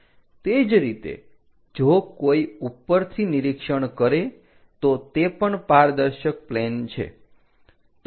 તે જ રીતે જો કોઈ ઉપરથી નિરીક્ષણ કરે તો તે પણ પારદર્શક પ્લેન છે